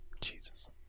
Jesus